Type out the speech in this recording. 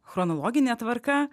chronologinę tvarką